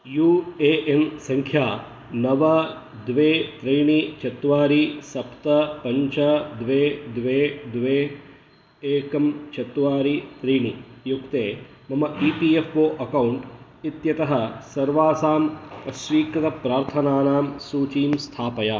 you A N सङ्ख्या नव द्वे त्रीणि चत्वारि सप्त पञ्च द्वे द्वे द्वे एकम् चत्वारि त्रीणि युक्ते मम E P F O account इत्यतः सर्वासाम् अस्वीकृतप्रार्थनानां सूचीं स्थापय